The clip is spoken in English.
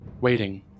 waiting